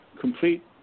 complete